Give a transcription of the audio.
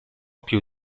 più